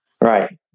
Right